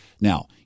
Now